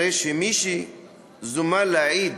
הרי שמי שזומן להעיד